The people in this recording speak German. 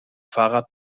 fahrrad